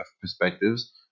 perspectives